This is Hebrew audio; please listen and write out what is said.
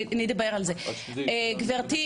גברתי,